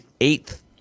eighth